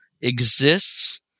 exists